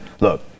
look